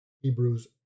Hebrews